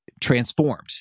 transformed